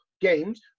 games